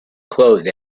closed